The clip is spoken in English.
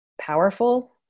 powerful